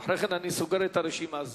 ואחרי כן אני סוגר את הרשימה הזאת.